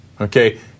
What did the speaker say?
Okay